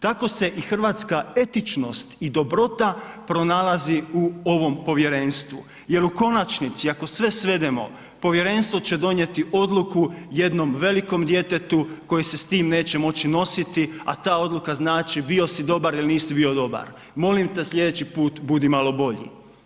Tako se i hrvatska etičnost i dobrota pronalazi u ovom povjerenstvu jer u konačnici, ako sve svedemo, povjerenstvo će donijeti odluku jednom velikom djetetu koje se s tim neće moći nositi, a ta odluka znači, bio si dobar ili nisi bio dobar, molim te sljedeći put budi malo bolji.